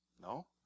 No